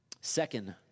Second